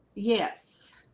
yes